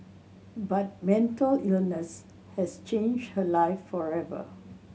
but mental illness has changed her life forever